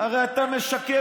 הרי אתה משקר.